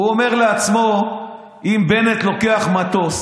הוא אומר לעצמו: אם בנט לוקח מטוס